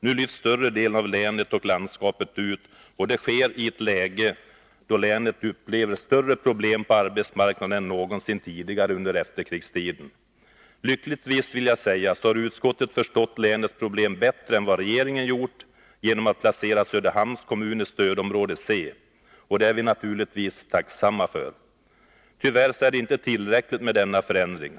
Nu lyfts större delen av länet och landskapet ut, och det sker i ett läge då länet upplever större problem på arbetsmarknaden än någonsin tidigare under efterkrigstiden. Lyckligtvis, vill jag säga, har utskottet förstått länets problem bättre än vad regeringen gjort, och föreslagit att Söderhamns kommun placeras i stödområde C, och det är vi naturligtvis tacksamma för. Tyvärr är det inte tillräckligt med denna förändring.